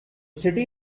city